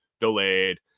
delayed